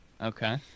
Okay